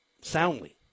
soundly